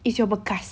it's your bekas